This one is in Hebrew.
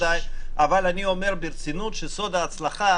אבל אני אומר ברצינות שסוד ההצלחה